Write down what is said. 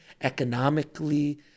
economically